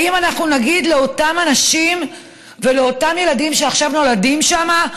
האם אנחנו נגיד לאותם אנשים ולאותם ילדים שעכשיו נולדים שם: